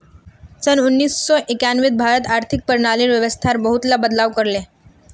सन उन्नीस सौ एक्यानवेत भारत आर्थिक प्रणालीर व्यवस्थात बहुतला बदलाव कर ले